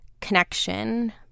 connection